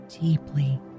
deeply